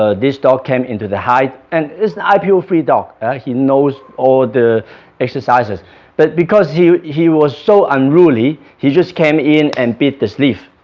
ah this dog came into the hide and it's an ipo three dog he knows all the exercises but because he he was so unruly he just came in and bit the sleeve